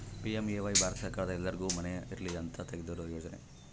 PMAY ಭಾರತ ಸರ್ಕಾರದ ಎಲ್ಲರ್ಗು ಮನೆ ಇರಲಿ ಅಂತ ತೆಗ್ದಿರೊ ಯೋಜನೆ